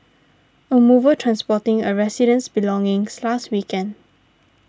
a mover transporting a resident's belongings last weekend